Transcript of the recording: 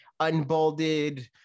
unbolded